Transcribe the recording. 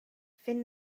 fent